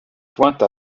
pointes